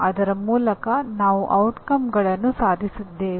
ಅದರ ಮೂಲಕ ನಾವು ಪರಿಣಾಮಗಳನ್ನು ಸಾಧಿಸುತ್ತಿದ್ದೇವೆ